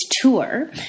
tour